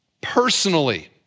personally